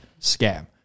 scam